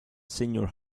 senior